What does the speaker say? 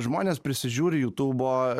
žmonės prisižiūri jutubo